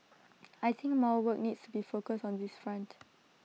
I think more work needs be focused on this front